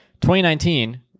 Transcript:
2019